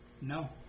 no